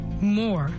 more